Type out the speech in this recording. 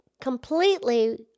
completely